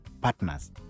partners